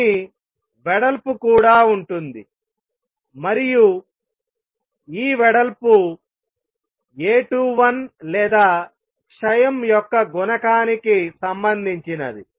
కానీ వెడల్పు కూడా ఉంటుంది మరియు ఈ వెడల్పు A21 లేదా క్షయం యొక్క గుణకానికి సంబంధించినది